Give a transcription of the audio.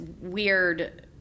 weird